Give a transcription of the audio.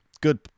Good